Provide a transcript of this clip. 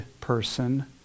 person